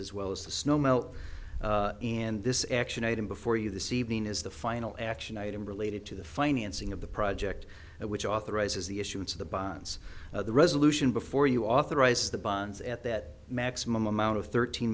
as well as the snow melt in this action item before you this evening is the final action item related to the financing of the project which authorizes the issuance of the bonds the resolution before you authorize the bonds at that maximum amount of thirteen